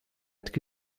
être